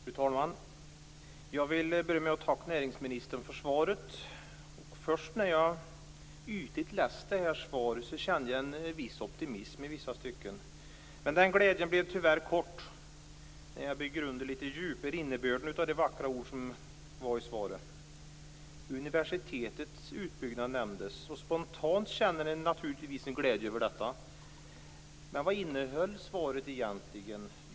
Fru talman! Jag vill börja med att tacka näringsministern för svaret. När jag först ytligt läste det här svaret så kände jag en viss optimism i vissa stycken, men den glädjen blev tyvärr kort när jag lite djupare begrundade innebörden av de vackra ord som finns i svaret. Universitetets utbyggnad nämndes. Spontant känner man naturligtvis en glädje över detta. Men vad innehöll svaret egentligen?